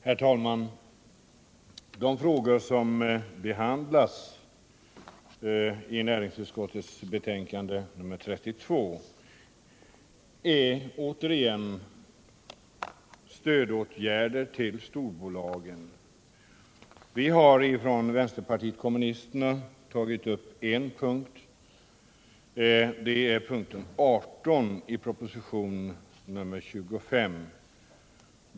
Herr talman! De frågor som behandlas i näringsutskottets betänkande nr 32 gäller återigen stödåtgärder till storbolagen. Vi har från vpk tagit upp en punkt, p. 18 i bil. 11 till propositionen 1977/78:25.